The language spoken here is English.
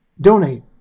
donate